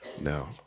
Now